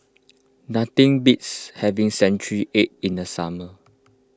nothing beats having Century Egg in the summer